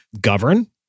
govern